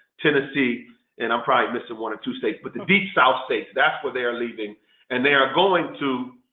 tennessee and i'm probably missing one or two states, but the deep south states. that's where they are leaving and they are going to